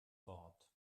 wort